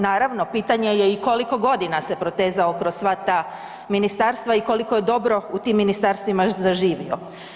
Naravno, pitanje je i koliko godina se protezao kroz sva ta ministarstva i koliko je dobro u tim ministarstvima zaživio.